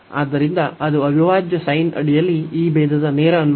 ಆದ್ದರಿಂದ ಅದು ಅವಿಭಾಜ್ಯ sin ಅಡಿಯಲ್ಲಿ ಈ ಭೇದದ ನೇರ ಅನ್ವಯ